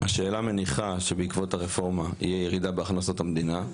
השאלה מניחה שבעקבות הרפורמה יהיה ירידה בהכנסות המדינה,